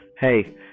Hey